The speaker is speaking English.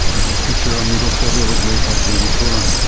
and that feature on needle phobia was made by james bullen.